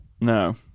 no